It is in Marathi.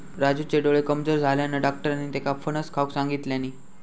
राजूचे डोळे कमजोर झाल्यानं, डाक्टरांनी त्येका फणस खाऊक सांगितल्यानी